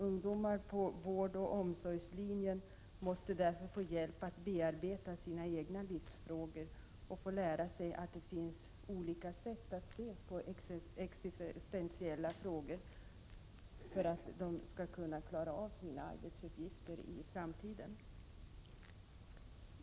Ungdomar på vårdoch omsorgslinjen måste därför få hjälp att bearbeta sina egna livsfrågor och få lära sig att det finns olika sätt att se på existentiella frågor för att de skall kunna klara sina arbetsuppgifter i framtiden.